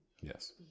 yes